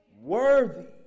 worthy